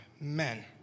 Amen